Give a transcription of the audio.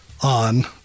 on